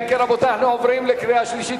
ואנחנו עוברים לקריאה שלישית.